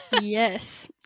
Yes